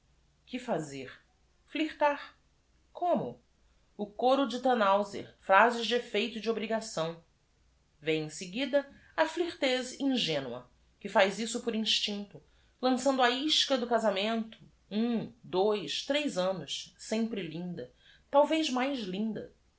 ue fazer irtar omo coro de hanauser phrases de eífeito e de obrigação e m em seguida ãflirteuse iugenua que faz isso por instiucto lançando a isca do casamento um dois tres annos sempre linda talvez mais l